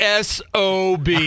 SOB